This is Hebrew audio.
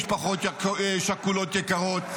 משפחות שכולות יקרות,